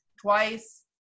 twice